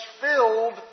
filled